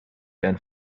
than